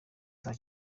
saa